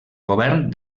govern